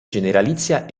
generalizia